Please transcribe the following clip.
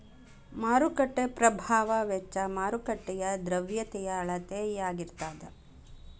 ಮಾರುಕಟ್ಟೆ ಪ್ರಭಾವ ವೆಚ್ಚ ಮಾರುಕಟ್ಟೆಯ ದ್ರವ್ಯತೆಯ ಅಳತೆಯಾಗಿರತದ